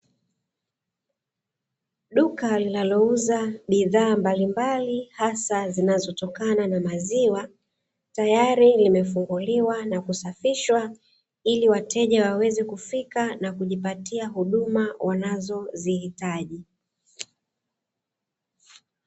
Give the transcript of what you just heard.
Duka linalouza bidhaa mbalimbali hasa zinazotokana na maziwa tayari limefunguliwa na kusafishwa ili wateja waweze kufika na kujipatia huduma wanazozihitaji.